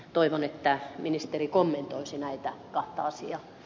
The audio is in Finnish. toivon että ministeri kommentoisi näitä kahta asiaa